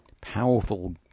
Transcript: Powerful